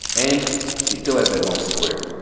and he still has that loan from square.